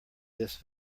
this